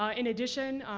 ah in addition,